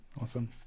awesome